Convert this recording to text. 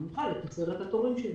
נוכל לקצר את התורים.